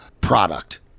product